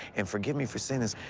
and forgive me for saying this,